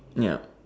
ya